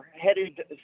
headed